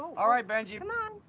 alright benji, but